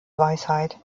weisheit